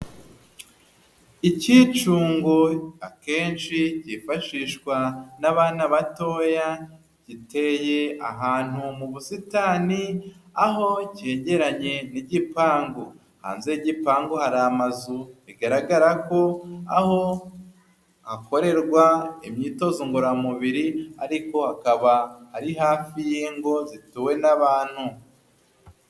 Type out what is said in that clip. Icy'icungo akenshi hifashishwa n'abana batoya giteye ahantu mu busitani aho cyegeranye n'igipangu, hanze y'igipangu hari amazu bigaragara ko aho hakorerwa imyitozo ngororamubiri ariko akaba ari hafi y'ingo zituwe n'abantu.